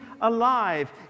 alive